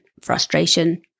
frustration